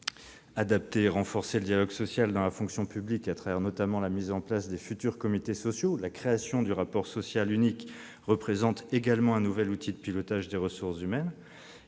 adapter et renforcer le dialogue social dans la fonction publique à travers notamment la mise en place des futurs comités sociaux. La création du rapport social unique représente également un nouvel outil de pilotage des ressources humaines.